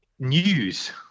News